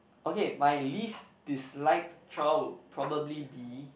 okay my least disliked chore would probably be